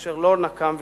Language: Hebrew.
אשר לו נקם ושילם."